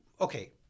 okay